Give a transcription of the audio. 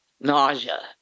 nausea